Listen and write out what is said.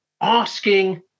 asking